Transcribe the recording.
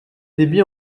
débits